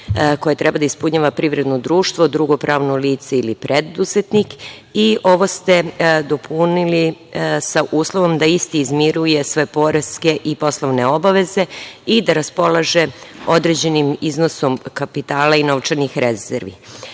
koje treba da ispunjava privredno društvo, drugo pravno lice ili preduzetnik. Ovo ste dopunili sa uslovom da isti izmiruje sve poreske i poslovne obaveze i da raspolaže određenim iznosom kapitala i novčanih rezervi. Mi